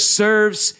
serves